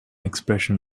expression